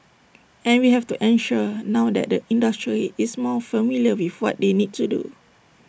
and we have to ensure now that the industry is more familiar with what they need to do